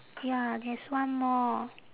ya there's one more